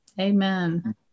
Amen